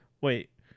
Wait